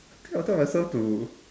I think I'll tell myself to